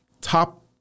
top